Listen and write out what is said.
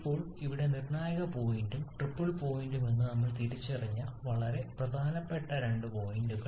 ഇപ്പോൾ അവിടെ നിർണായക പോയിന്റും ട്രിപ്പിൾ പോയിന്റും എന്ന് നമ്മൾ തിരിച്ചറിഞ്ഞ വളരെ പ്രധാനപ്പെട്ട രണ്ട് പോയിന്റുകൾ